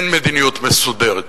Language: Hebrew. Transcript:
אין מדיניות מסודרת